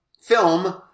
film